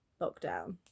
lockdown